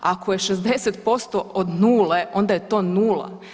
Ako je 60% od nule onda je to nula.